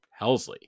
Helsley